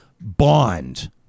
bond